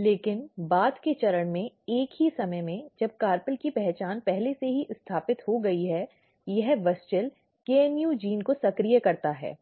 लेकिन बाद के चरण में एक ही समय में जब कार्पेल की पहचान पहले से ही स्थापित हो गई है यह WUSCHEL KNU जीन को सक्रिय करता है